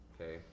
okay